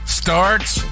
starts